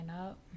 up